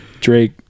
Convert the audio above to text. Drake